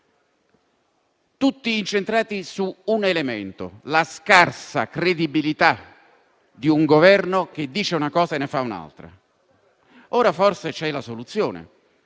tutti incentrati sull'elemento della scarsa credibilità di un Governo che dice una cosa e ne fa un'altra. Ora forse c'è la soluzione,